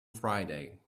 friday